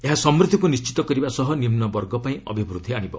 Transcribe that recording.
ଏହା ସମୃଦ୍ଧିକୁ ନିର୍ଣିତ କରିବା ସହ ନିମୁବର୍ଗ ପାଇଁ ଅଭିବୃଦ୍ଧି ଆଶିବ